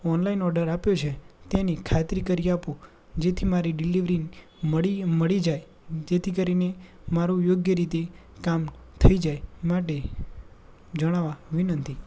online order આપ્યો છે તેની ખાતરી કરી આપો જેથી મારી ડિલિવરી મળી મળી જાય જેથી કરીને મારું યોગ્ય રીતે કામ થઈ જાય માટે જણાવવા વિનંતી